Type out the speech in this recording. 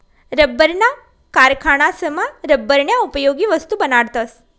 लब्बरना कारखानासमा लब्बरन्या उपयोगी वस्तू बनाडतस